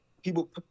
People